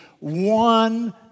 one